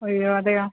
ഉയ്യോ അതെയോ